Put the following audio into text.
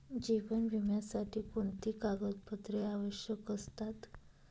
जीवन विम्यासाठी कोणती कागदपत्रे आवश्यक असतात?